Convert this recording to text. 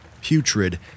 putrid